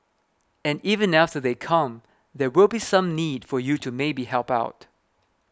and even after they come there will be some need for you to maybe help out